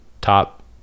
top